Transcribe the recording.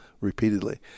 repeatedly